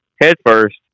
headfirst